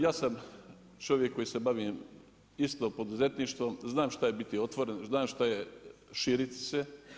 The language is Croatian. Ja sam čovjek koji se bavim isto poduzetništvom, znam šta je biti otvoren, znam šta je širiti se.